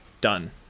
done